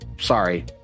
Sorry